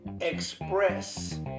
express